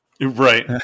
Right